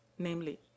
Namely